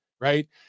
right